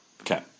Okay